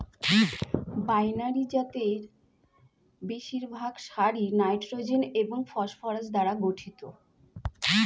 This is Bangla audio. বাইনারি জাতের বেশিরভাগ সারই নাইট্রোজেন এবং ফসফরাস দ্বারা গঠিত